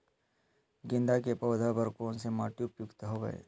गेंदा के पौधा बर कोन से माटी उपयुक्त हवय?